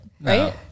right